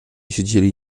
siedzieli